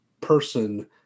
person